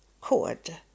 cord